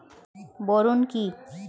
Boron কি?